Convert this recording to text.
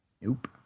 Nope